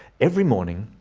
every morning,